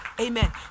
Amen